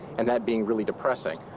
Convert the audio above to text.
and that being really depressing